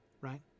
right